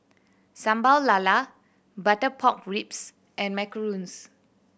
Sambal Lala butter pork ribs and macarons